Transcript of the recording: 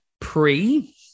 pre